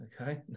okay